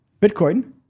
Bitcoin